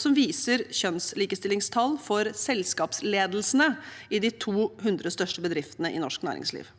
som viser kjønnslikestillingstall for selskapsledelsen i de 200 største bedriftene i norsk næringsliv.